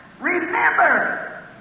Remember